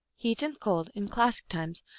heat and cold, in classic times,